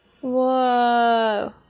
Whoa